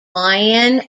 lion